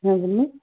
হ্যাঁ বলুন